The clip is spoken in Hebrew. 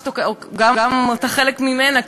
שאתה גם חלק ממנה,